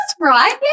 right